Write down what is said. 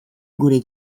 gure